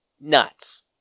nuts